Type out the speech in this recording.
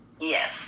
Yes